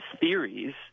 theories